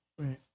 Right